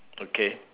okay